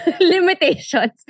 limitations